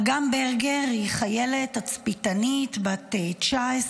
אגם ברגר היא חיילת תצפיתנית בת 19,